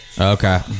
Okay